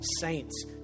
saints